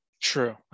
True